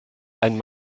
einen